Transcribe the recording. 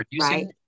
Right